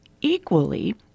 equally